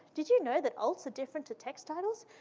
did you know that alts are different to text titles,